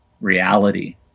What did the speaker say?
reality